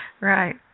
right